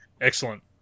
Excellent